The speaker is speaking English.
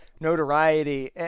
notoriety